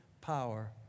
power